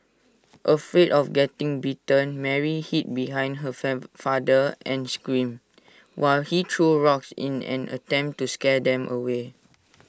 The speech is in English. afraid of getting bitten Mary hid behind her fab father and screamed while he threw rocks in an attempt to scare them away